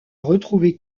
retrouver